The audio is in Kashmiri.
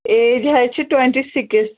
ایٚج حظ چھِ ٹُونٹی سِکٕس